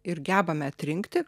ir gebame atrinkti